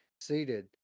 seated